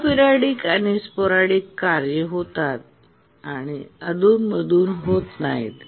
aperiodic आणि sporadic कार्ये होतात आणि अधूनमधून होत नाहीत